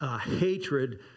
hatred